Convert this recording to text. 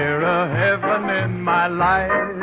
um heaven um in my life